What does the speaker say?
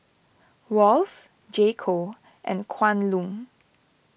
Wall's J Co and Kwan Loong